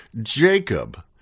Jacob